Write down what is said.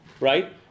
right